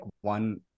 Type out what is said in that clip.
one